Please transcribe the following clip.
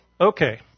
Okay